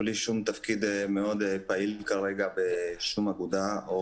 בלי שום תפקיד מאוד פעיל כרגע בשום אגודה או עמותה.